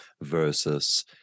versus